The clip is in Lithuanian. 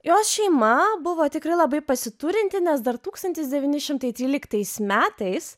jos šeima buvo tikrai labai pasiturinti nes dar tūkstantis devyni šimtai tryliktais metais